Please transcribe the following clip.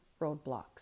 roadblocks